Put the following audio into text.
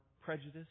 prejudice